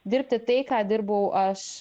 dirbti tai ką dirbau aš